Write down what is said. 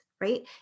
right